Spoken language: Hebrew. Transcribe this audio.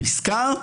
לפסקה.